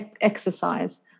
exercise